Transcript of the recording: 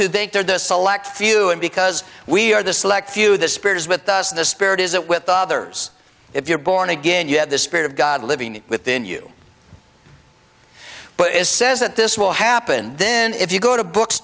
who they are the select few and because we are the select few the spirit is with us the spirit is it with others if you're born again you have the spirit of god living within you but is says that this will happen then if you go to books